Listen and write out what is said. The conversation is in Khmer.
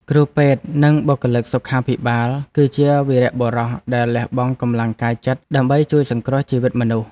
គ្រូពេទ្យនិងបុគ្គលិកសុខាភិបាល គឺជាវីរបុរសដែលលះបង់កម្លាំងកាយចិត្តដើម្បីជួយសង្គ្រោះជីវិតមនុស្ស។